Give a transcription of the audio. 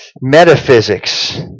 metaphysics